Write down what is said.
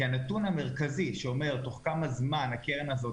הנתון המרכזי שאומרת תוך כמה זמן הקרן הזאת